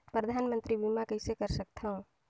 परधानमंतरी बीमा कइसे कर सकथव?